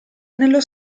nello